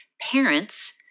parents